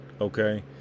okay